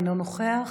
אינו נוכח.